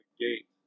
gate